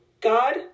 God